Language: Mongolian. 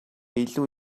илүү